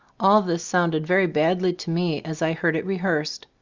all this sounded very badly to me as i heard it rehearsed.